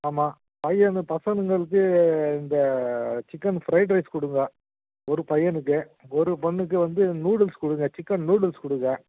ஆமாம் பையன் இந்த பசங்களுக்கு இந்த சிக்கன் ஃப்ரைட் ரைஸ் கொடுங்க ஒரு பையனுக்கு ஒரு பொண்ணுக்கு வந்து நூடுல்ஸ் கொடுங்க சிக்கன் நூடுல்ஸ் கொடுங்க